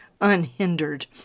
unhindered